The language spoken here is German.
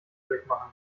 durchmachen